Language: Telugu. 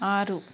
ఆరు